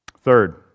Third